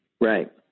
Right